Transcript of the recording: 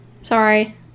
Sorry